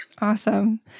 Awesome